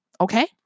okay